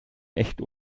echt